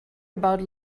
about